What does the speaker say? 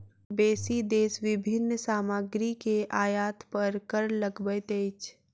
बेसी देश विभिन्न सामग्री के आयात पर कर लगबैत अछि